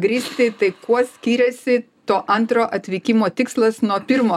grįsti tai kuo skiriasi to antro atvykimo tikslas nuo pirmo